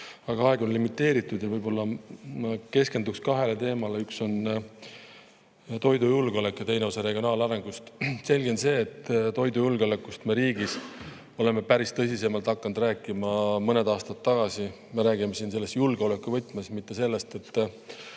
Aga aeg on limiteeritud ja ma keskendun kahele teemale: üks on toidujulgeolek ja teine regionaalareng. Selge on see, et toidujulgeolekust hakkasime riigis tõsisemalt rääkima mõned aastad tagasi. Me räägime sellest julgeolekuvõtmes, mitte sellest, et